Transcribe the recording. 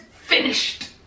finished